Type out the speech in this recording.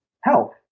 health